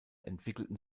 entwickelten